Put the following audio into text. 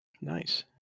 Nice